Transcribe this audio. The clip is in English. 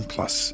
Plus